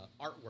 artwork